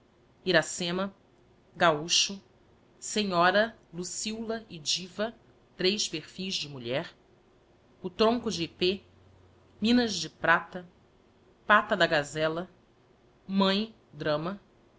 iracema gaúcho senhora luciola e diva três perfis de mulher o tronco de ipê minas de prata pata da gaaela mãe drama